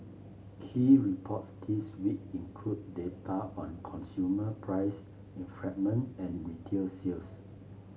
key reports this week include data on consumer price and retail sales